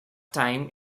time